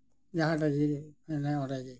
ᱡᱟᱦᱟᱸ ᱨᱮᱜᱮ ᱚᱸᱰᱮ ᱜᱮ